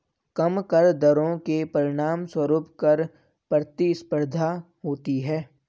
कम कर दरों के परिणामस्वरूप कर प्रतिस्पर्धा होती है